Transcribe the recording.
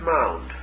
mound